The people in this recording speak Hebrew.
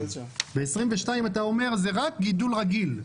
ב-2022 זה רק גידול רגיל,